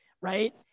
right